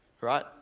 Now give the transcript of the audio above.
Right